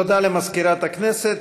התשע"ז 2017,